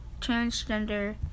transgender